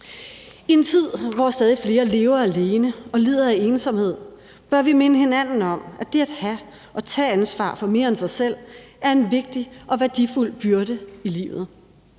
I en tid, hvor stadig flere lever alene og lider af ensomhed, bør vi minde hinanden om, at det at have og tage ansvar for mere end sig selv er en vigtig og værdifuld byrde i livet.